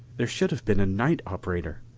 there should have been a night operator,